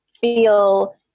feel